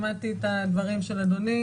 שמעתי את הדברים של אדוני,